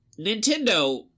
Nintendo